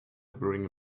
bring